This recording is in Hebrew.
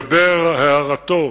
לגבי הערתו